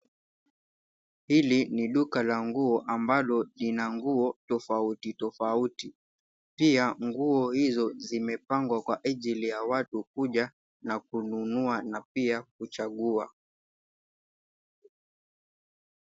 Hili ni duka la nguo ambalo lina nguo tofauti tofauti. Pia nguo hizo zimepangwa kwa ajili ya watu kuja na kununua na pia kuchagua.